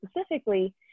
specifically